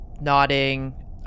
nodding